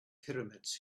pyramids